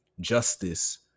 justice